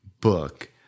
book